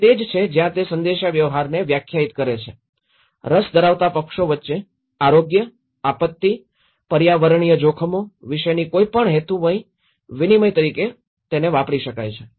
તેથી તે તે જ છે જ્યાં તે સંદેશાવ્યવહારને વ્યાખ્યાયિત કરે છે રસ ધરાવતા પક્ષો વચ્ચે આરોગ્ય આપત્તિ પર્યાવરણીય જોખમો વિશેની કોઈપણ હેતુપૂર્ણ વિનિમય તરીકે વાપરી શકાય છે